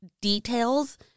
details